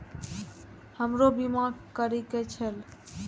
हमरो बीमा करीके छः?